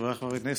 חבריי חברי הכנסת,